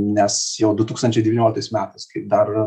nes jau du tūkstančiai devynioliktais metais kai dar